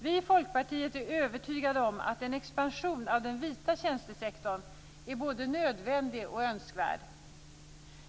Vi i Folkpartiet är övertygade om att en expansion av den vita tjänstesektorn är både nödvändig och önskvärd.